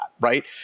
right